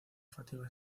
fatiga